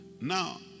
now